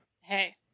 Hey